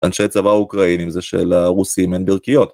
אנשי הצבא האוקראינים זה שלרוסים אין ברכיות